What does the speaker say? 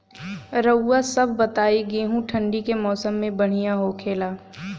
रउआ सभ बताई गेहूँ ठंडी के मौसम में बढ़ियां होखेला?